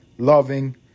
loving